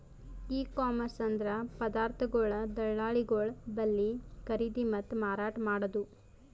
E commerce ಅಂದ್ರ ಪದಾರ್ಥಗೊಳ್ ದಳ್ಳಾಳಿಗೊಳ್ ಬಲ್ಲಿ ಖರೀದಿ ಮತ್ತ್ ಮಾರಾಟ್ ಮಾಡದು